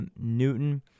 Newton